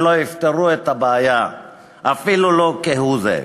כשלא יפתרו את הבעיה אפילו לא כהוא זה.